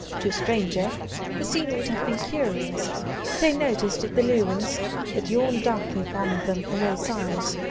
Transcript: to a stranger the scene would have been curious but they noticed the lewens that yawned darkly upon them from all sides,